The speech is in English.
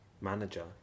manager